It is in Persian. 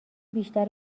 بیشتر